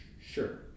Sure